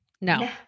No